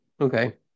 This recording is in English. Okay